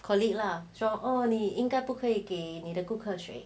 colleague lah so oh 你应该不可以给你的顾客群